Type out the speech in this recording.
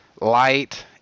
light